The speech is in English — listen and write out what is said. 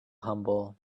humble